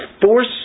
force